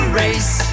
race